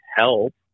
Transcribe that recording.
help